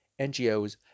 NGOs